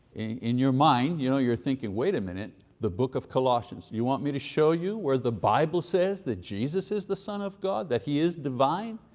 in your mind you know you're thinking, wait a minute, the book of colossians. you want me to show you where the bible says that jesus is the son of god, that he is divine?